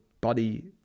body